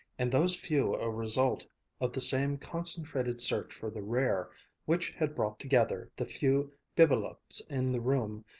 and those few a result of the same concentrated search for the rare which had brought together the few bibelots in the room,